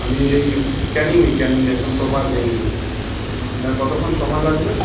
আমি এই ক্যানিংয়ে ক্যানিংয়ে একদম প্রপার ক্যানিংয়ে কতক্ষণ সময় লাগবে